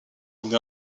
and